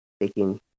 taking